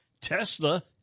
Tesla